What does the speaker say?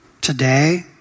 Today